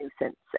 nuisance